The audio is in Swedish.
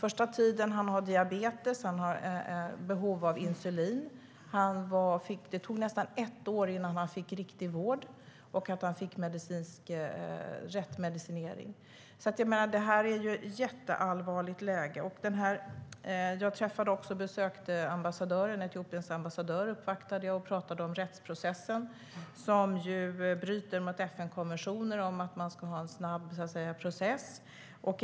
Han har diabetes och behov av insulin, men det tog nästan ett år innan han fick riktig vård och rätt medicinering. Läget är jätteallvarligt. Jag har uppvaktat Etiopiens ambassadör och pratade då om rättsprocessen, som ju bryter mot FN-konventioner om att man ska ha en snabb process.